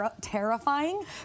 terrifying